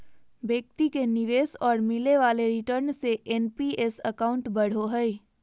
व्यक्ति के निवेश और मिले वाले रिटर्न से एन.पी.एस अकाउंट बढ़ो हइ